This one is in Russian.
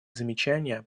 замечания